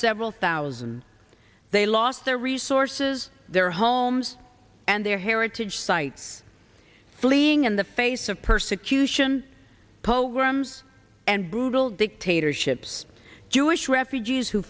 several thousand they lost their resources their homes and their heritage sites fleeing in the face of persecution pogroms and brutal dictatorships jewish refugees who